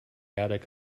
attic